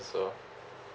also